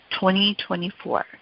2024